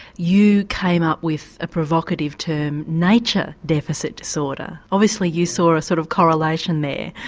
you came up with a provocative term, nature deficit disorder. obviously you saw a sort of correlation there.